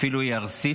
אפילו ארסית,